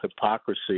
hypocrisy